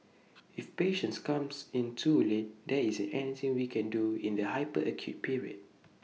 if patients comes in too late there isn't anything we can do in the hyper acute period